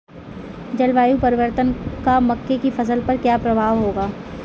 जलवायु परिवर्तन का मक्के की फसल पर क्या प्रभाव होगा?